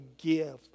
give